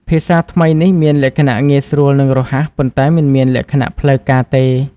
ភាសាថ្មីនេះមានលក្ខណៈងាយស្រួលនិងរហ័ស ប៉ុន្តែមិនមានលក្ខណៈផ្លូវការទេ។